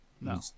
No